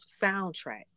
soundtrack